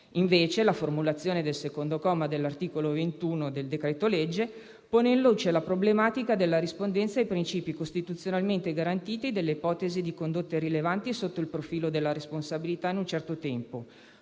Invece la formulazione del secondo comma dell'articolo 21 del decreto-legge pone in luce la problematica della rispondenza ai principi costituzionalmente garantiti e dalle ipotesi di condotte rilevanti sotto il profilo della responsabilità in un certo tempo,